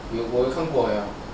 我有看过 ya